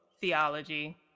theology